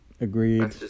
Agreed